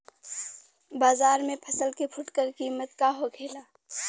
बाजार में फसल के फुटकर कीमत का होखेला?